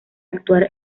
actuar